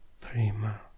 prima